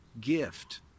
gift